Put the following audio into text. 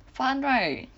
fun right